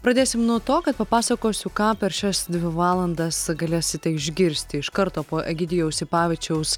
pradėsim nuo to kad papasakosiu ką per šias dvi valandas galėsite išgirsti iš karto po egidijaus sipavičiaus